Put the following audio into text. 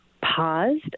paused